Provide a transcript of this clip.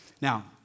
Now